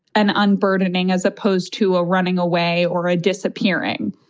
and unburdening as opposed to ah running away or ah disappearing?